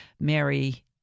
Mary